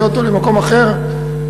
הביאה אותו למקום אחר,